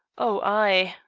oh, ay!